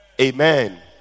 Amen